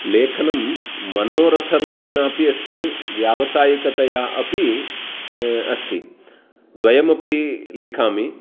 लेखनं मनोरथरूपेण अपि अस्ति व्यावसायिकतया अपि अस्ति द्वयमपि लिखामि